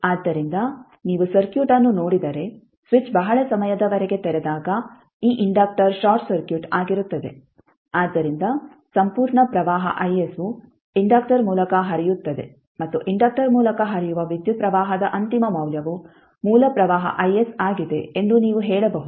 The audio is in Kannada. ಆದ್ದರಿಂದ ನೀವು ಸರ್ಕ್ಯೂಟ್ ಅನ್ನು ನೋಡಿದರೆ ಸ್ವಿಚ್ ಬಹಳ ಸಮಯದವರೆಗೆ ತೆರೆದಾಗ ಈ ಇಂಡಕ್ಟರ್ ಶಾರ್ಟ್ ಸರ್ಕ್ಯೂಟ್ ಆಗಿರುತ್ತದೆ ಆದ್ದರಿಂದ ಸಂಪೂರ್ಣ ಪ್ರವಾಹ Is ವು ಇಂಡಕ್ಟರ್ ಮೂಲಕ ಹರಿಯುತ್ತದೆ ಮತ್ತು ಇಂಡಕ್ಟರ್ ಮೂಲಕ ಹರಿಯುವ ವಿದ್ಯುತ್ ಪ್ರವಾಹದ ಅಂತಿಮ ಮೌಲ್ಯವು ಮೂಲ ಪ್ರವಾಹ Is ಆಗಿದೆ ಎಂದು ನೀವು ಹೇಳಬಹುದು